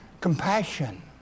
compassion